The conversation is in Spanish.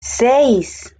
seis